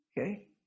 Okay